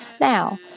Now